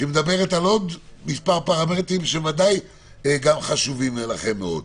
שמדברת על עוד מספר פרמטרים שבוודאי גם חשובים לכם מאוד.